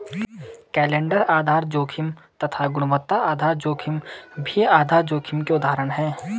calendar आधार जोखिम तथा गुणवत्ता आधार जोखिम भी आधार जोखिम के उदाहरण है